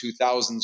2000s